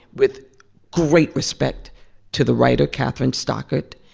with great respect to the writer, kathryn stockett,